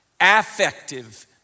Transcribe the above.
affective